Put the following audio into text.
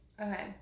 Okay